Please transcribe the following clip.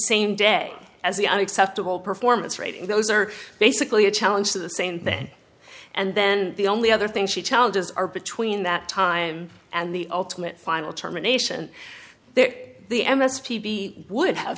same day as the unacceptable performance rating those are basically a challenge to the same thing and then the only other thing she challenges are between that time and the ultimate final term a nation the m s p b would have